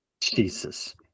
Jesus